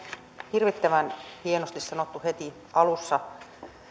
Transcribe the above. hirvittävän hienosti sanottu heti alussa